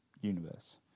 universe